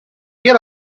get